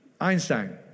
Einstein